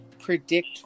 predict